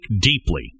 deeply